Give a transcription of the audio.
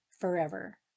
forever